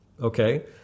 okay